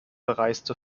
bereiste